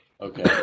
okay